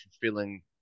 feeling